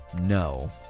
No